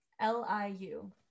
L-I-U